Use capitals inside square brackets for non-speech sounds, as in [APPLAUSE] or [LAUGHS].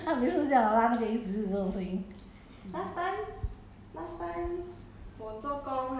[LAUGHS] why you scared ah [LAUGHS] 它每次都这样的拉那个椅子就有这种声音